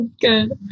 good